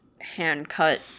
hand-cut